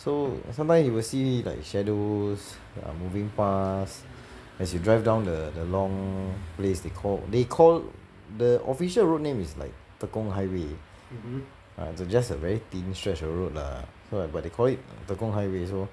so sometimes you will see like shadows ah moving past as you drive down the the long place they call they call the official road name is like tekong highway ah it's just a very thin stretch of road lah so but they call it tekong highway so